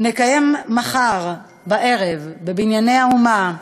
נקיים מחר בערב ב"בנייני האומה"